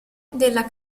della